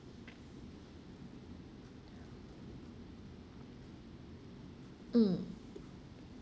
mm